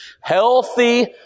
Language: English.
Healthy